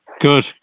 good